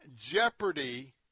jeopardy